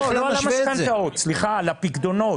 לא על המשכנתאות, על הפיקדונות.